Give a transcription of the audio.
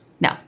No